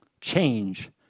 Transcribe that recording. change